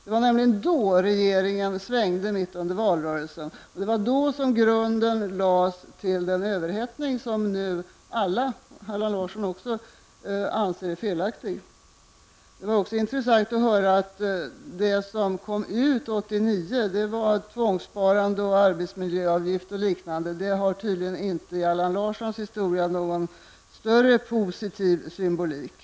Det var nämligen då regeringen svängde mitt under valrörelsen, det var då som grunden lades till den överhettning som nu alla, även Allan Larsson, anser vara felaktig. Det var också intressant att höra att det som kom 1989 var tvångssparande, arbetsmiljöavgift och liknande. Det har tydligen inte i Allan Larssons historia någon större positiv symbolik.